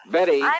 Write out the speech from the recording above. Betty